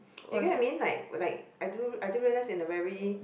you get what I mean like like I do I do realise in a very